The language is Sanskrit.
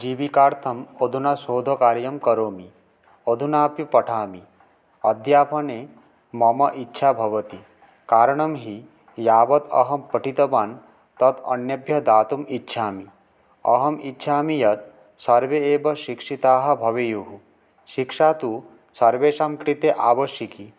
जीविकार्थम् अधुना शोधकार्यं करोमि अधुनापि पठामि अध्यापने मम इच्छा भवति कारणं हि यावत् अहं पठितवान् तत् अन्येभ्यः दातुम् इच्छामि अहमिच्छामि यत् सर्वे एव शिक्षिताः भवेयुः शिक्षा तु सर्वेषां कृते आवश्यकी